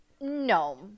No